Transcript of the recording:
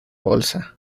bolsa